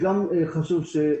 הוא